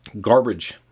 Garbage